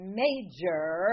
major